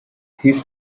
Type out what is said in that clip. his